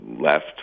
left